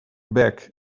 back